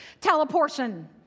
teleportation